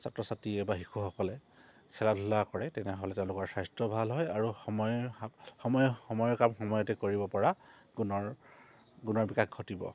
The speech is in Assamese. ছাত্ৰ ছাত্ৰী এবাৰ শিশুসকলে খেলা ধূলা কৰে তেনেহ'লে তেওঁলোকৰ স্বাস্থ্য ভাল হয় আৰু সময় সময় সময়ৰ কাম সময়তে কৰিব পৰা গুণৰ গুণৰ বিকাশ ঘটিব